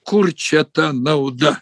kur čia ta nauda